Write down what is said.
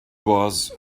was